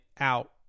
out